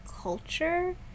culture